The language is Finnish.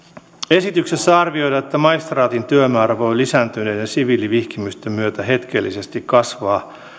esityksessä arvioidaan että maistraatin työmäärä voi lisääntyneiden siviilivihkimisten myötä hetkellisesti kasvaa